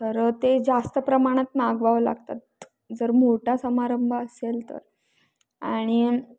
तर ते जास्त प्रमाणात मागवावं लागतात जर मोठा समारंभ असेल तर आणि आणि